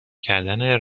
کردن